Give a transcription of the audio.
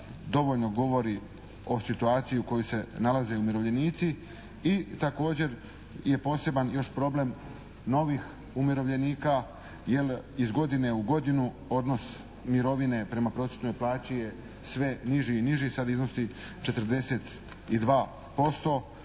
dovoljno govori o situaciji u kojoj se nalaze umirovljenici i također je poseban još problem novih umirovljenika, jer iz godine u godinu odnos mirovine prema prosječnoj plaći je sve niži i niži. Sada iznosi 42%,